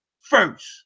first